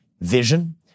vision